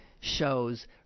shows